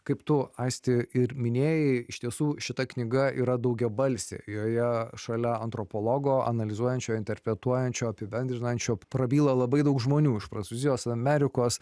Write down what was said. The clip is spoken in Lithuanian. kaip tu aisti ir minėjai iš tiesų šita knyga yra daugiabalsė joje šalia antropologo analizuojančio interpretuojančio apibendrinančio prabyla labai daug žmonių iš prancūzijos amerikos